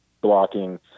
blocking